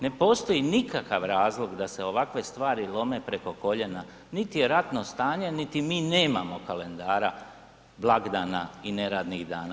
Ne postoji nikakav razlog da se ovakve stvari lome preko koljena, niti je ratno stanje niti mi nemamo kalendara blagdana i neradnih dana.